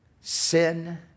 sin